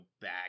back